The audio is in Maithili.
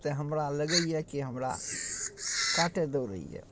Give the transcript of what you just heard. त हमरा लगैए कि हमरा काटऽ दौड़ैए